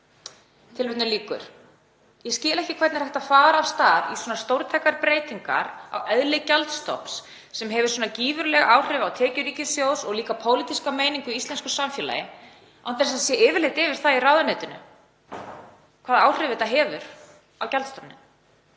tekjuáætlana …“ Ég skil ekki hvernig hægt er að fara af stað í svona stórtækar breytingar á eðli gjaldstofns sem hefur svona gífurleg áhrif á tekjur ríkissjóðs og líka pólitíska meiningu í íslensku samfélagi án þess að yfirlit sé yfir það í ráðuneytinu hvaða áhrif það hefur á gjaldstofninn.